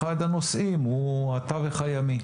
אחד הנושאים הוא התווך הימי.